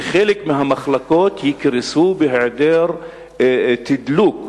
וחלק מהמחלקות יקרסו בהיעדר תדלוק.